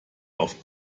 auf